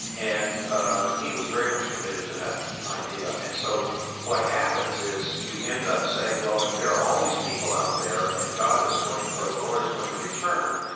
and ah he was very much committed to that idea. and so what happens is you end up saying, well, if there are all these people out there and god is going or the lord is going to return,